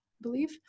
believe